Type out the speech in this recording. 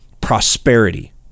prosperity